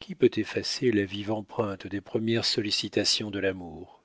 qui peut effacer la vive empreinte des premières sollicitations de l'amour